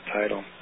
title